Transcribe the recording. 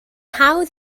hawdd